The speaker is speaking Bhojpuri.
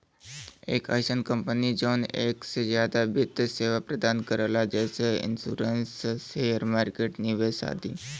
एक अइसन कंपनी जौन एक से जादा वित्त सेवा प्रदान करला जैसे इन्शुरन्स शेयर मार्केट निवेश आदि